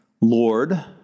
Lord